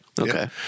Okay